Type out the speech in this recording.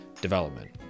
development